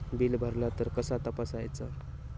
Bill भरला तर कसा तपसायचा?